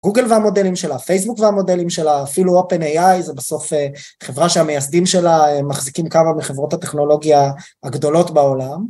גוגל והמודלים שלה, פייסבוק והמודלים שלה, אפילו Open AI, זה בסוף חברה שהמייסדים שלה מחזיקים כמה מחברות הטכנולוגיה הגדולות בעולם.